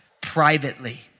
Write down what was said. privately